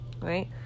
right